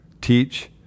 teach